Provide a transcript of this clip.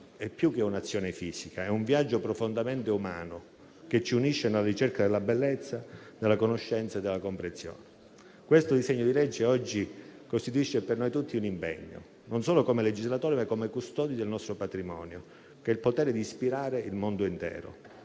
è più che un'azione fisica: è un viaggio profondamente umano, che ci unisce nella ricerca della bellezza, della conoscenza e della comprensione. Questo disegno di legge oggi costituisce per noi tutti un impegno non solo come legislatori, ma come custodi del nostro patrimonio, che ha il potere di ispirare il mondo intero.